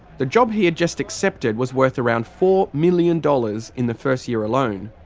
the job he had just accepted was worth around four million dollars in the first year alone.